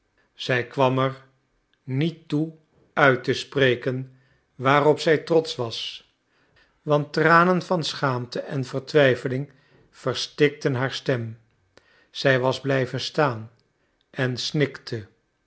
zij kwam er niet toe uit te spreken waarop zij trotsch was want tranen van schaamte en vertwijfeling verstikten haar stem zij was blijven staan en snikte